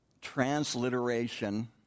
transliteration